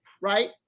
right